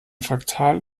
fraktal